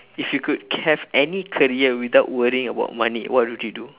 if you could have any career without worrying about money what would you do